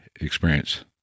experience